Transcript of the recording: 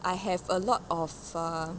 I have a lot of uh